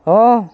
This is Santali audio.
ᱦᱳᱻ